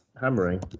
hammering